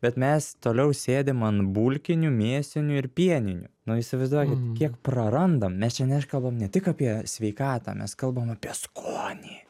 bet mes toliau sėdi man bulkinių mėsinių ir pieninių nu įsivaizduokit kiek prarandam mes čia nekalbame tik apie sveikatą mes kalbam apie skonį